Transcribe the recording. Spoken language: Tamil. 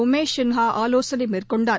உமேஷ் சின்ஹா ஆலோசனை மேற்கொண்டார்